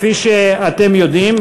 כפי שאתם יודעים,